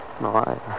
No